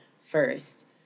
first